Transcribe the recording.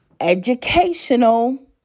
educational